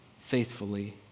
faithfully